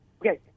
Okay